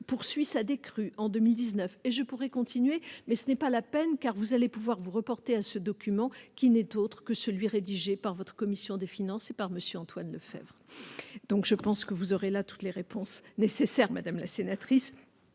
poursuit sa décrue en 2019, et je pourrais continuer, mais ce n'est pas la peine, car vous allez pouvoir vous reporter à ce document qui n'est autre que celui rédigé par votre commission des finances, et par monsieur Antoine Lefèvre, donc je pense que vous aurez la toutes les réponses nécessaires, madame la sénatrice,